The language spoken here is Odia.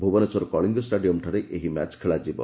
ଭୁବନେଶ୍ୱର କଳିଙ୍ଗ ଷ୍ଟାଡିୟମ୍ଠାରେ ଏହି ମ୍ୟାଚ୍ ଖେଳାଯିବ